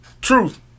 Truth